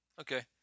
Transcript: Okay